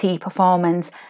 performance